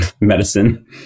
medicine